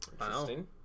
Interesting